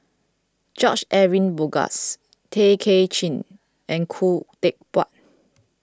George Edwin Bogaars Tay Kay Chin and Khoo Teck Puat